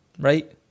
Right